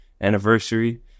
anniversary